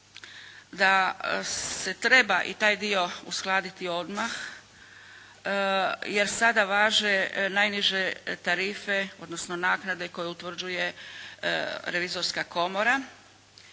da se treba i taj dio uskladiti odmah jer sada važe najniže tarife odnosno naknade koje utvrđuje Revizorska komora.